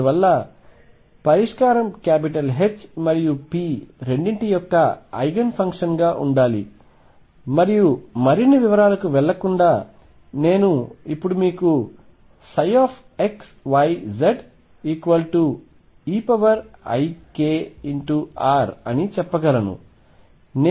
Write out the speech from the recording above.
అందువల్ల పరిష్కారం H మరియు p రెండింటి యొక్క ఐగెన్ ఫంక్షన్గా ఉండాలి మరియు మరిన్ని వివరాలకు వెళ్ళకుండా నేను ఇప్పుడు మీకు xyzeikr అని చెప్పగలను